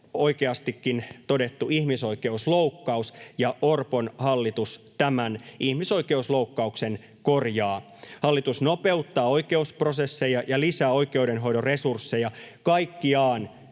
oikeastikin todettu ihmisoikeusloukkaus, ja Orpon hallitus tämän ihmisoikeusloukkauksen korjaa. Hallitus nopeuttaa oikeusprosesseja ja lisää oikeudenhoidon resursseja kaikkiaan